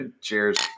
Cheers